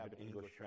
English